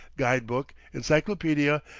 guide-book, encyclopedia,